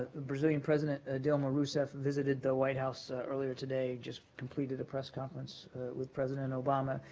brazilian president dilma rousseff visited the white house earlier today, just completed a press conference with president obama.